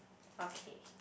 okay